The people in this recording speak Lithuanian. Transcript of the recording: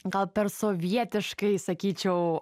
gal per sovietiškai sakyčiau